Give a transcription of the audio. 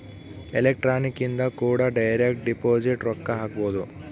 electronic ಇಂದ ಕೂಡ direct deposit ರೊಕ್ಕ ಹಾಕ್ಬೊದು